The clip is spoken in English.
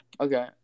Okay